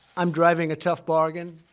i'm driving a tough bargain.